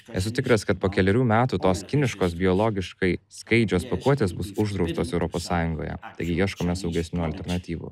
esu tikras kad po kelerių metų tos kiniškos biologiškai skaidžios pakuotės bus uždraustos europos sąjungoje taigi ieškome saugesnių alternatyvų